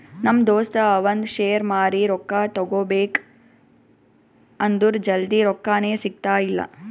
ನಮ್ ದೋಸ್ತ ಅವಂದ್ ಶೇರ್ ಮಾರಿ ರೊಕ್ಕಾ ತಗೋಬೇಕ್ ಅಂದುರ್ ಜಲ್ದಿ ರೊಕ್ಕಾನೇ ಸಿಗ್ತಾಯಿಲ್ಲ